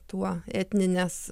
tuo etninės